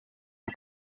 est